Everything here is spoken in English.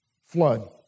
flood